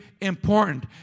important